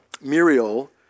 Muriel